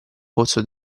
pozzo